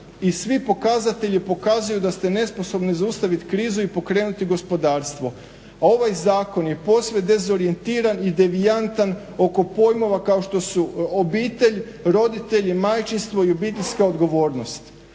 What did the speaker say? i svi pokazatelji pokazuju da ste nesposobni zaustaviti krizu i pokrenuti gospodarstvo. Ovaj zakon je posve dezorijentiran i devijantan oko pojmova kao što su obitelj, roditelji, majčinstvo i obiteljska odgovornost.